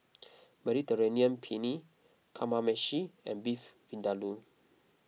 Mediterranean Penne Kamameshi and Beef Vindaloo